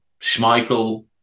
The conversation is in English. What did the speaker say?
Schmeichel